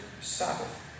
Sabbath